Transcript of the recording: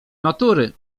natury